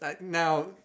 now